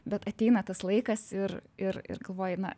bet ateina tas laikas ir ir ir galvoji na